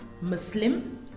Muslim